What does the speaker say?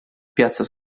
piazza